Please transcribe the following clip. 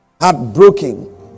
heartbroken